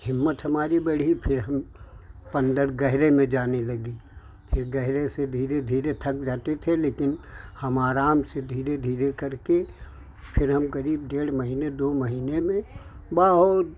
हिम्मत हमारी बढ़ी फिर हम अंदर गहरे में जाने लगे फिर गहरे से धीरे धीरे थक जाते थे लेकिन हम आराम से धीरे धीरे करके फिर हम करीब डेढ़ महीने दो महीने में बहुत